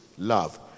Love